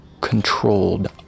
controlled